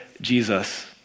Jesus